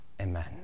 Amen